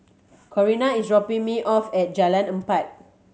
Corinna is dropping me off at Jalan Empat